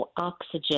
oxygen